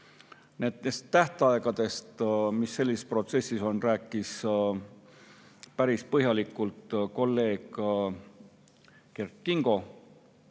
Nendest tähtaegadest, mis sellises protsessis on, rääkis päris põhjalikult kolleeg Kert Kingo.